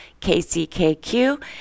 KCKQ